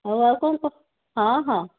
ହଉ ଆଉ କ'ଣ କୁହ ହଁ ହଁ